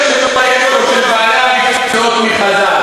בתקנון שבמליאה אסור לדבר שטויות.